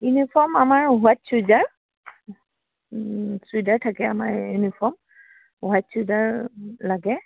uniform আমাৰ white churidar churidar থাকে আমাৰ ইউনিফৰ্ম হোৱাইট চুৰিদাৰ লাগে